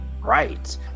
Right